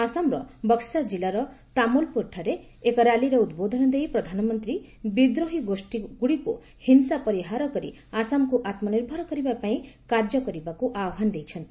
ଆସାମର ବକ୍କା ଜିଲ୍ଲାର ତାମୁଲପୁରଠାରେ ଏକ ର୍ୟାଲିରେ ଉଦ୍ବୋଧନ ଦେଇ ପ୍ରଧାନମନ୍ତ୍ରୀ ବିଦ୍ରୋହୀ ଗୋଷ୍ଠୀ ଗୁଡ଼ିକୁ ହିଂସା ପରିହାର କରି ଆସାମକୁ ଆତ୍ମନିର୍ଭର କରିବା ପାଇଁ କାର୍ଯ୍ୟ କରିବାକୁ ଆହ୍ୱାନ ଦେଇଛନ୍ତି